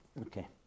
Okay